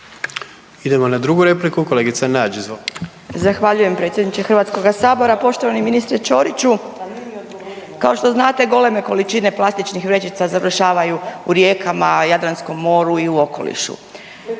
Idemo na 2. repliku, kolegica Nađ izvolite. **Nađ, Vesna (SDP)** Zahvaljujem predsjedniče HS. Poštovani ministre Ćoriću, kao što znate goleme količine plastičnih vrećica završavaju u rijekama, Jadranskom moru i u okolišu.